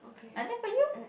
and then for you